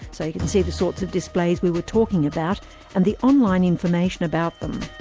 so you can see the sorts of displays we were talking about and the online information about them.